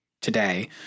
today